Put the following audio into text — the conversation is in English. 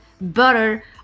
butter